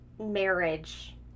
marriage